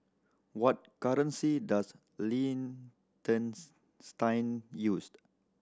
what currency does Liechtenstein use